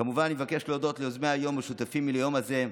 כמובן אני מבקש להודות ליוזמי היום השותפים עימי ליום זה: